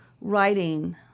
writing